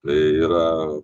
tai yra